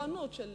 תורנות של